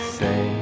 say